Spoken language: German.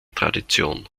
tradition